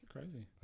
Crazy